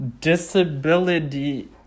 Disability